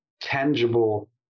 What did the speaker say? tangible